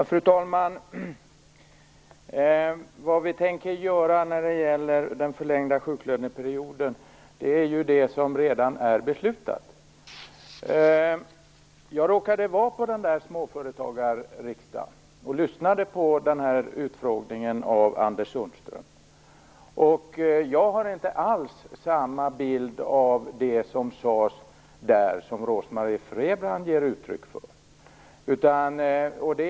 Fru talman! När det gäller den förlängda sjuklöneperioden tänker vi genomföra det som redan är beslutat. Jag råkade befinna mig på småföregarriksdagen och lyssnade på utfrågningen av Anders Sundström. Jag har inte alls samma bild av det som där sades som Rose-Marie Frebran ger uttryck för.